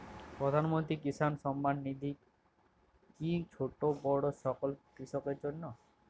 প্রধানমন্ত্রী কিষান সম্মান নিধি কি ছোটো বড়ো সকল কৃষকের জন্য?